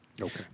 Okay